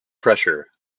pressure